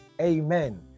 amen